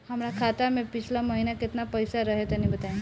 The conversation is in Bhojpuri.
हमरा खाता मे पिछला महीना केतना पईसा रहे तनि बताई?